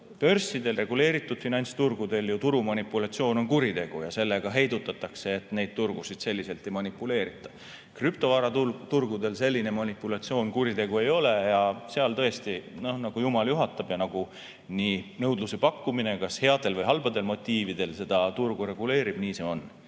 Börsidel, reguleeritud finantsturgudel turumanipulatsioon on kuritegu ja sellega heidutatakse ehk neid turgusid selliselt ei manipuleerita. Krüptovara turgudel selline manipulatsioon kuritegu ei ole ja seal tõesti on nii, nagu jumal juhatab, ja nagu nõudlus ja pakkumine kas headel või halbadel motiividel seda turgu reguleerib, nii see on.